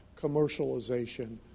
commercialization